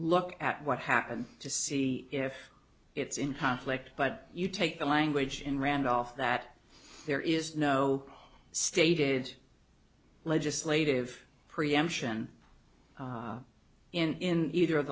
look at what happened to see if it's in conflict but you take the language in randolph that there is no stated legislative preemption in either of